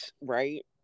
right